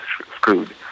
screwed